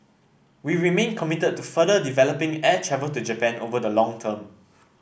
we remain committed to further developing air travel to Japan over the long term